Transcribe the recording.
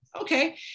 Okay